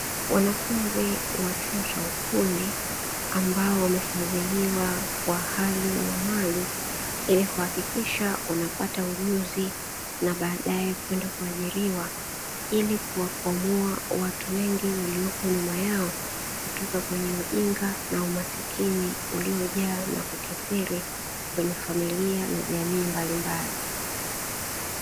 Wanafunzi wa chuo cha ufundi ambao wamefadhiliwa kwa hali na mali, ili kuhakikisha wanapata ujuzi na baadaye kwenda kuajiriwa ili kuwakwamua watu wengi waliopo nyuma yao; kutoka kwenye ujinga na umasikini uliojaa na kukithiri kwenye familia na jamii mbalimbali.